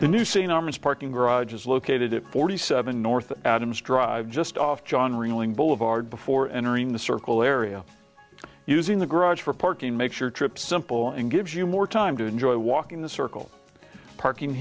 the new scene arms parking garage is located at forty seven north adams drive just off john ringling boulevard before entering the circle area using the garage for parking make sure trip simple and gives you more time to enjoy walking the circle parking